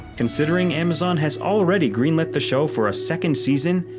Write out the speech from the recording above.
considering amazon has already greenlit the show for a second season,